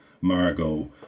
Margot